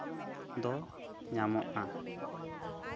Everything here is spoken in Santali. ᱫᱚ ᱧᱟᱢᱚᱜᱼᱟ